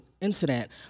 incident